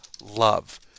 love